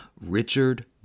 Richard